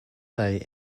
day